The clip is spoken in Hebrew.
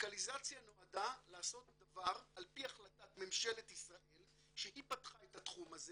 המדיקליזציה לעשות דבר על פי החלטת ממשלת ישראל שהיא פתחה את התחום הזה